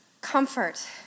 Comfort